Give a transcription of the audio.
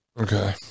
Okay